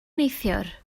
neithiwr